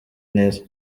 neza